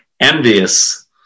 envious